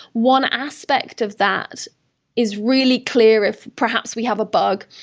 one aspect of that is really clear if, perhaps, we have a bug,